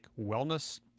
wellness